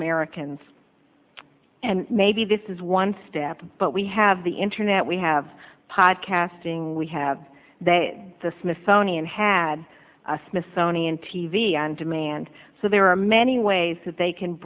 americans and maybe this is one step but we have the internet we have pod casting we have that the smithsonian had a smithsonian t v on demand so there are many ways that they can